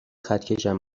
خطکشم